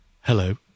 Hello